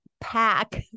pack